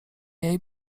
jej